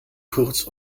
kurz